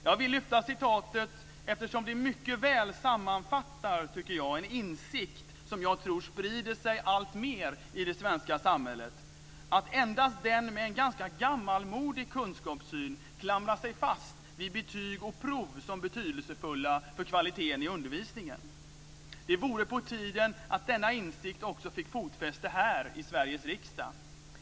Jag vill lyfta fram citatet eftersom det mycket väl sammanfattar, tycker jag, en insikt som jag tror sprider sig alltmer i det svenska samhället, att endast den med en ganska gammalmodig kunskapssyn klamrar sig fast vid betyg och prov som betydelsefulla för kvaliteten i undervisningen. Det vore på tiden om denna insikt också fick fotfäste här i Sveriges riksdag.